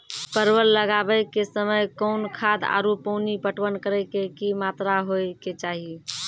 परवल लगाबै के समय कौन खाद आरु पानी पटवन करै के कि मात्रा होय केचाही?